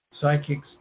psychics